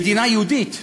מדינה יהודית,